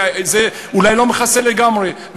אולי לא מכסה לגמרי.